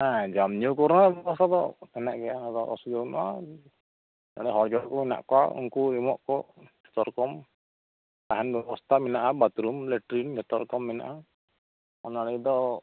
ᱦᱮᱸ ᱡᱚᱢ ᱧᱩ ᱠᱚᱨᱮᱱᱟᱜ ᱵᱮᱵᱚᱥᱛᱷᱟ ᱫᱚ ᱢᱮᱱᱟᱜ ᱜᱮᱭᱟ ᱚᱱᱟ ᱫᱚ ᱚᱥᱩᱵᱤᱫᱷᱟ ᱵᱟᱹᱱᱩᱜᱼᱟ ᱟᱫᱚ ᱦᱚᱲ ᱡᱚᱲ ᱠᱚ ᱢᱮᱱᱟᱜ ᱠᱚᱣᱟ ᱩᱱᱠᱩ ᱮᱢᱚᱜ ᱟᱠᱚ ᱡᱷᱚᱛᱚ ᱨᱚᱠᱚᱢ ᱛᱟᱦᱮᱱ ᱵᱮᱵᱚᱥᱛᱷᱟ ᱢᱮᱱᱟᱜᱼᱟ ᱵᱟᱛᱷᱨᱩᱢ ᱞᱮᱴᱨᱤᱝ ᱡᱷᱚᱛᱚ ᱨᱚᱠᱚᱢ ᱢᱮᱱᱟᱜᱼᱟ ᱚᱱᱟ ᱞᱟᱹᱜᱤᱫ ᱫᱚ